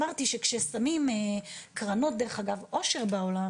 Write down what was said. אמרתי שכשמים קרנות עושר בעולם,